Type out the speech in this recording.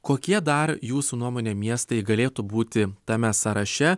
kokie dar jūsų nuomone miestai galėtų būti tame sąraše